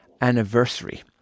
anniversary